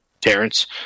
terrence